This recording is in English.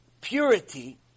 purity